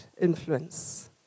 influence